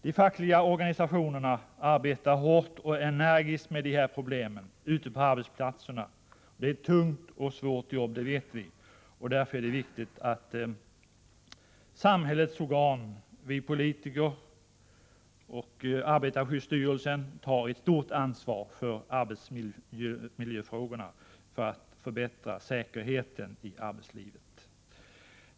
De fackliga organisationerna arbetar hårt och energiskt med dessa problem ute på arbetsplatserna. Det är ett tungt och svårt jobb, och därför är det viktigt att samhällets organ, vi politiker och arbetarskyddsstyrelsen tar ett stort ansvar för miljöfrågorna, för att förbättra säkerheten i arbetslivet.